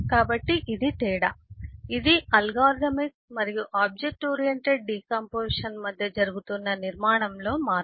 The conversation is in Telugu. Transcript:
కాబట్టి ఇది తేడా ఇది అల్గోరిథమిక్ మరియు ఆబ్జెక్ట్ ఓరియెంటెడ్ డికాంపొజిషన్ మధ్య జరుగుతున్న నిర్మాణంలో మార్పు